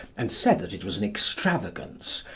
and said that it was an extravagance,